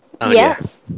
Yes